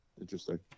Interesting